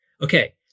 Okay